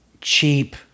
cheap